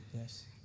yes